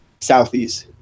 southeast